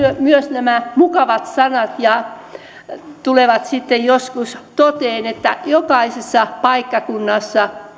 myös nämä mukavat sanat tulevat sitten joskus toteen että jokaisella paikkakunnalla